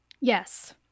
Yes